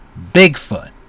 Bigfoot